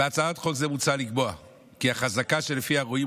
בהצעת חוק זו מוצע לקבוע כי החזקה שלפיה רואים